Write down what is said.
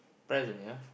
press only ah